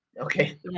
Okay